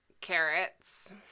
carrots